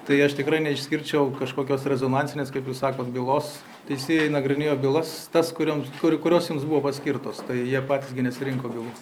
tai aš tikrai neišskirčiau kažkokios rezonansinės kaip jūs sakot bylos teisėjai nagrinėjo bylas tas kurioms kurio kurios jiems buvo paskirtos tai jie patys gi nesirinko bylų